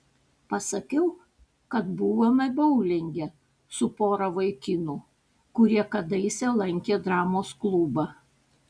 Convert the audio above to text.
pasakiau kad buvome boulinge su pora vaikinų kurie kadaise lankė dramos klubą